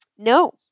No